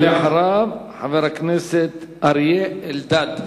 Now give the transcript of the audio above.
ואחריו, חבר הכנסת אריה אלדד.